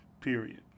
period